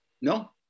No